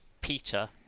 Peter